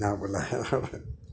ન બોલાય